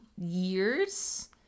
years